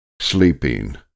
sleeping